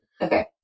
Okay